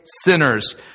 sinners